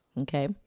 Okay